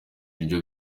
iryo